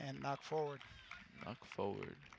and not forward forward